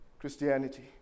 Christianity